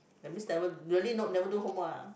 that means never really no never do homework ah